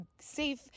safe